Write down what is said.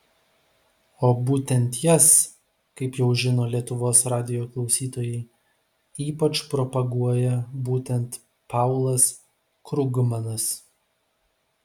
o būtent jas kaip jau žino lietuvos radijo klausytojai ypač propaguoja būtent paulas krugmanas